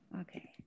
Okay